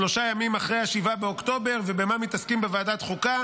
שלושה ימים אחרי השבעה באוקטובר ובמה מתעסקים בוועדת חוקה?